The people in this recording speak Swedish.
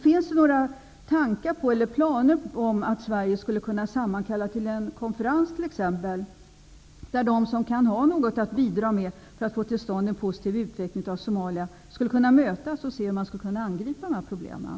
Finns det några planer på att Sverige t.ex. skulle kunna sammankalla en konferens, där de som kan ha något att bidra med för att få till stånd en positiv utveckling av Somalia skulle kunna mötas och se hur man skulle kunna angripa de här problemen?